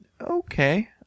okay